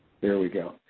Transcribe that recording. there we go.